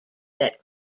that